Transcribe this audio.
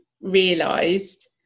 realised